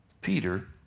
Peter